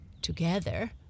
Together